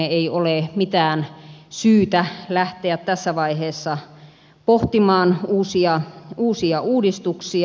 ei ole mitään syytä lähteä tässä vaiheessa pohtimaan uusia uudistuksia